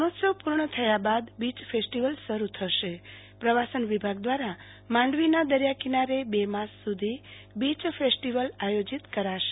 રણોત્સવ પુર્ણ થયા બાદ બીય ફેસ્ટીવલ શરૂ થશે પ્રવાસન વિભાગ દ્રારા માંડવીના દરિયા કિનારે બે માસ સુધી બીચ ફેસ્ટીવલ આયોજીત કરાશે